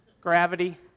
Gravity